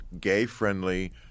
gay-friendly